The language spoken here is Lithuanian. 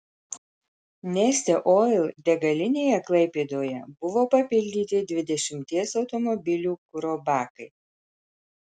neste oil degalinėje klaipėdoje buvo papildyti dvidešimties automobilių kuro bakai